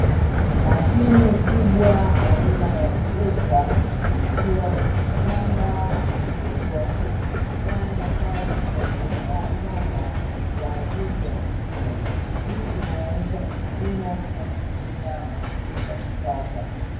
Mashine kubwa aina ya trekta ikiwa kwenye shamba kubwa ikifanya kazi ya kuandaa shamba kwa ajili ya kilimo, hii inaonyesha kilimo kinachotumia mashine za kisasa.